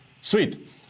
Sweet